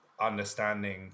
understanding